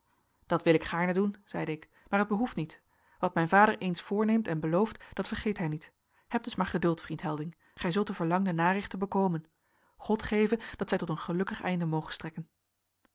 dat wil ik gaarne doen zeide ik maar het behoeft niet wat mijn vader eens voorneemt en belooft dat vergeet hij niet heb dus maar geduld vriend helding gij zult de verlangde narichten bekomen god geve dat zij tot een gelukkig einde mogen strekken